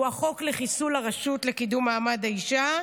שהוא החוק לחיסול הרשות לקידום מעמד האישה.